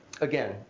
Again